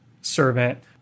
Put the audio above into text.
Servant